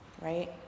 right